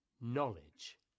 knowledge